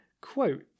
quote